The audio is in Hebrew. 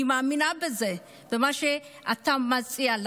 אני מאמינה בזה, במה שאתה מציע.